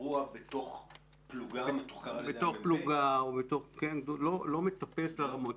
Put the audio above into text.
אירוע בתוך פלוגה מתוחקר על ידי ה-מ"מ?